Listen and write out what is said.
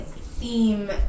theme